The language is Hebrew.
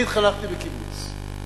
אני התחנכתי בקיבוץ,